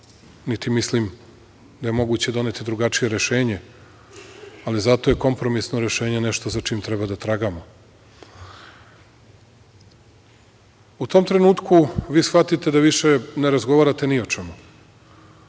niti mislim da je moguće doneti drugačije rešenje. Ali zato je kompromisno rešenje nešto za čim treba da tragamo.U tom trenutku vi shvatite da više ne razgovarate ni o čemu.